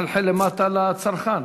מחלחל למטה לצרכן.